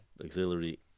Auxiliary